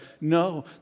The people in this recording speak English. No